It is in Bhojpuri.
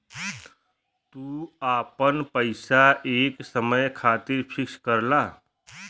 तू आपन पइसा एक समय खातिर फिक्स करला